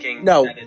No